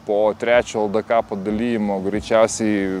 po trečio ldk padalijimo greičiausiai